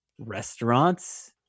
Restaurants